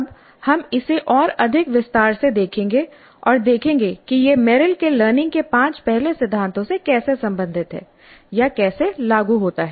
अब हम इसे और अधिक विस्तार से देखेंगे और देखेंगे कि यह मेरिल के लर्निंग के पांच पहले सिद्धांतों से कैसे संबंधित है या कैसे लागू होता है